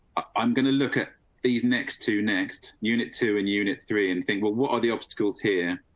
i'm gonna look at these next two next unit two in unit three and think well what are the obstacles here?